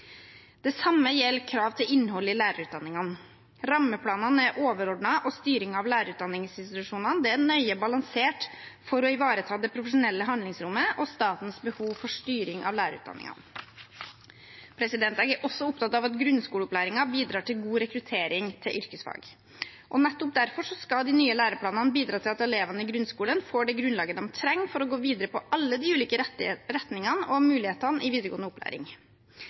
Det samme gjelder krav til innhold i lærerutdanningene. Rammeplanene er overordnet, og styringen av lærerutdanningsinstitusjonene er nøye balansert for å ivareta det profesjonelle handlingsrommet og statens behov for styring av lærerutdanningen. Jeg er også opptatt av at grunnskoleopplæringen bidrar til god rekruttering til yrkesfag. Nettopp derfor skal de nye læreplanene bidra til at elevene i grunnskolen får det grunnlaget de trenger for å gå videre på alle de ulike retningene og mulighetene i videregående opplæring.